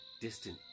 distant